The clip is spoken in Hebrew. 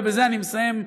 ובזה אני מסיים,